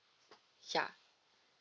ya